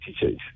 teachers